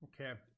Okay